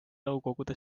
nõukogude